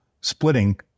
splitting